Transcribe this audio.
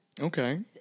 Okay